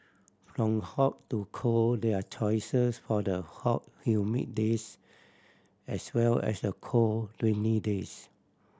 from hot to cold there are choices for the hot humid days as well as the cold rainy days